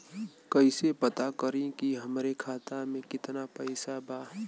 कइसे पता करि कि हमरे खाता मे कितना पैसा बा?